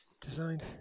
Designed